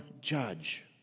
judge